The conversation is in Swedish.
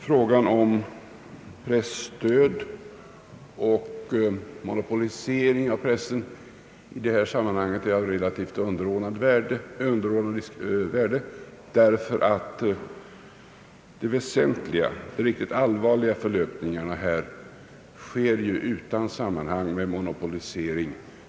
Frågan om presstöd och pressens monopolisering är i detta sammanhang av relativt underordnat värde, ty de väsentliga och riktigt allvarliga förlöpningarna sker utan något samband med monopolisering.